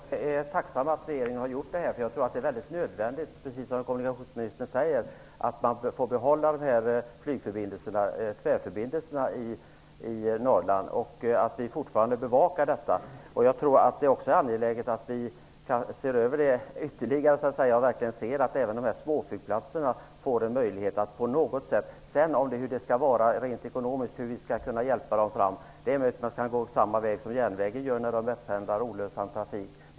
Fru talman! Jag är tacksam över att regeringen har gjort detta. Jag tror att det, precis som kommunikationsministern säger, är nödvändigt att man får behålla dessa tvärförbindelser i Norrland och att vi bevakar detta. Det är också angeläget att se till att även de små flygplatserna får en möjlighet att fortsätta sin verksamhet. Sedan är frågan hur vi rent ekonomiskt skall kunna hjälpa dem. Det är möjligt att de kan göra på samma sätt som järnvägen gör med olönsam trafik.